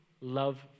love